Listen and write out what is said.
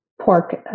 pork